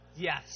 Yes